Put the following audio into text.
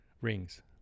rings